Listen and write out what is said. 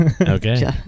Okay